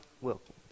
Wilkins